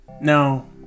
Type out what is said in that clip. No